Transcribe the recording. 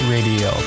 Radio